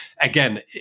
Again